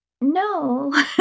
no